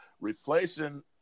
replacing